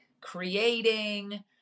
creating